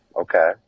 Okay